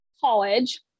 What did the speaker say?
college